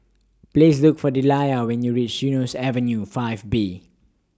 Please Look For Delia when YOU REACH Eunos Avenue five B